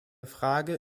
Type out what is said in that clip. frage